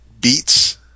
beats